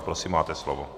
Prosím, máte slovo.